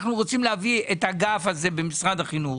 אנחנו רוצים להביא את האגף הזה במשרד החינוך,